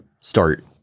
start